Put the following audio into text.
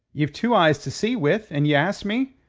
ye've two eyes to see with, and ye ask me,